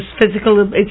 physical